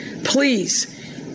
Please